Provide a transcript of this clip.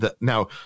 Now